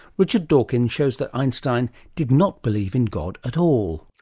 richard dawkins shows that einstein did not believe in god at all.